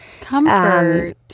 comfort